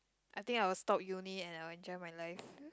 I think I will stop Uni and I will enjoy my life